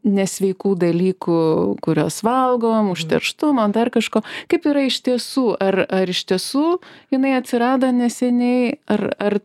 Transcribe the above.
nesveikų dalykų kuriuos valgom užterštumo dar kažko kaip yra iš tiesų ar ar iš tiesų jinai atsirado neseniai ar ar